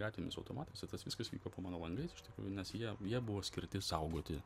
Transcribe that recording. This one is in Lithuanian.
gatvėmis su automatais ir tas viskas vyko po mano langais iš tikrųjų nes jie jie buvo skirti saugoti